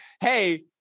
Hey